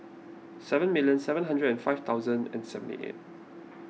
seven million seven hundred and five thousand and seventy eight